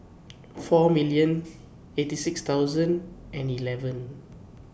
four million eighty six thousand and eleven